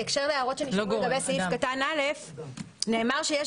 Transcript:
בהקשר להוראות שנשמעו לגבי סעיף (א) נאמר שיש